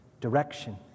direction